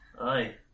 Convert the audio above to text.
Aye